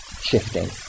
shifting